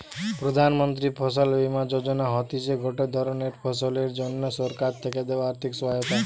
প্রধান মন্ত্রী ফসল বীমা যোজনা হতিছে গটে ধরণের ফসলের জন্যে সরকার থেকে দেয়া আর্থিক সহায়তা